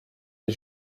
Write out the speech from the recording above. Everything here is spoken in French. des